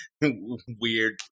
weird